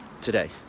today